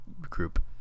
group